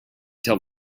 tell